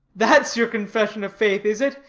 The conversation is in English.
that's your confession of faith, is it?